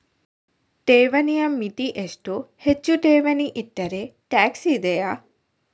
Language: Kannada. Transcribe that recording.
ಠೇವಣಿಯ ಮಿತಿ ಎಷ್ಟು, ಹೆಚ್ಚು ಠೇವಣಿ ಇಟ್ಟರೆ ಟ್ಯಾಕ್ಸ್ ಇದೆಯಾ?